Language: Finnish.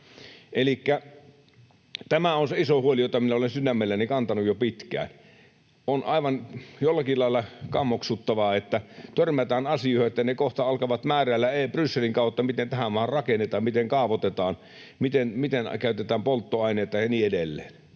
tämä on se iso huoli, jota minä olen sydämelläni kantanut jo pitkään. On jollakin lailla kammoksuttavaa, että törmätään sellaisiin asioihin, että kohta aletaan määräillä Brysselin kautta, miten tähän maahan rakennetaan, miten kaavoitetaan, miten käytetään polttoaineita ja niin edelleen.